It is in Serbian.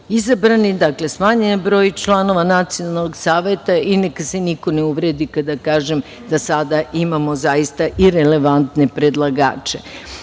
izabrani, dakle, smanjen broj članova nacionalnog saveta i neka se niko ne uvredi kada kažem da sada imamo i relevantne predlagače,